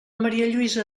marialluïsa